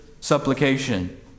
supplication